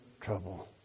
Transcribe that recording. trouble